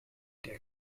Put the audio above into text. der